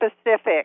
specific